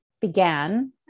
began